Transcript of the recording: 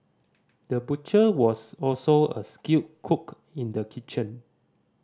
the butcher was also a skilled cook in the kitchen